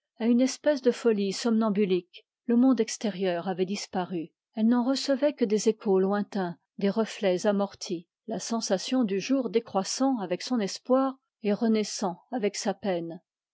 à une espèce de folie somnambulique le monde extérieur avait disparu elle n'en recevait que des échos lointains des reflets amortis la sensation du jour décroissant avec son espoir et renaissant avec sa peine